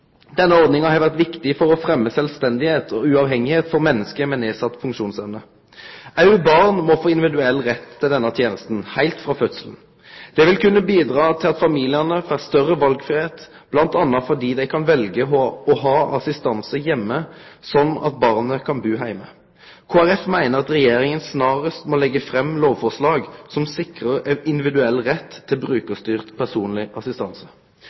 Denne ordningen har vært viktig for å fremme selvstendighet og uavhengighet for mennesker med nedsatt funksjonsevne. Også barn må få individuell rett til denne tjenesten, helt fra fødselen. Det vil kunne bidra til at familiene får større valgfrihet, bl.a. fordi de kan velge å ha assistanse hjemme slik at barnet kan bo hjemme. Kristelig Folkeparti mener at Regjeringen snarest må legge fram lovforslag som sikrer individuell rett til brukerstyrt personlig assistanse.